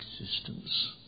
existence